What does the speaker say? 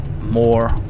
more